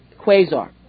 Quasar